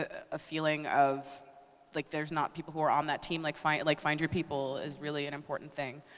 ah a feeling of like there's not people who are on that team, like find like find your people is really an important thing.